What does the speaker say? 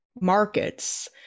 markets